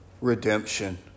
redemption